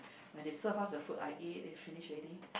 when they served us the food I ate then they finished already